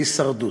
להישרדות.